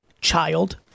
child